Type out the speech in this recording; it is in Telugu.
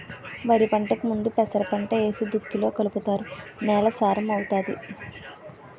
వరిపంటకు ముందు పెసరపంట ఏసి దుక్కిలో కలుపుతారు నేల సారం అవుతాది